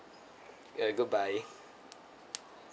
uh goodbye